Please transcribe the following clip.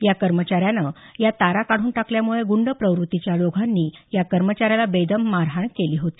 या कर्मचाऱ्यानं या तारा काढून टाकल्यामुळे गुंड प्रवृत्तीच्या दोघांनी या कर्मचाऱ्याला बेदम मारहाण केली होती